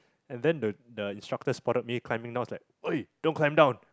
and then the the instructor spotted me climbing down it was like !oi! don't climb down